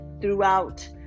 throughout